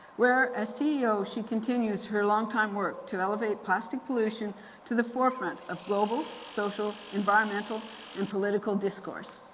where as ceo she continues her long time work to elevate plastic pollution to the forefront of global, social, environmentaland and political discourse.